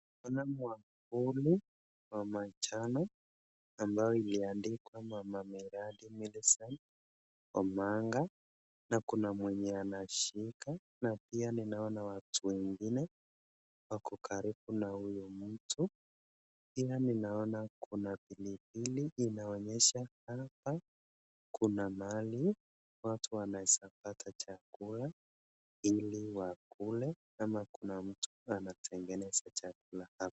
ninaona mwavuli wamanjano ambayo imeandikwa mama miradi Milicent Omanga na kuna mwenye anashika na pia ninaona watu wengine wako karibu na huyo mtu. Pia ninaona kuna pilipili inaonyesha hapa kuna mahali watu wanaweza pata chakula ili wakule ama kuna mtu anatengeneza chakula.